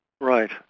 Right